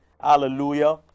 Hallelujah